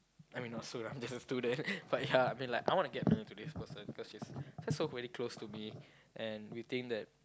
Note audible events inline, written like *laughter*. I mean not soon lah i'm just a student *laughs* but ya I mean like I wanna get married to this person because she's just so very close to me and we think that